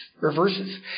reverses